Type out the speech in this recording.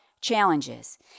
challenges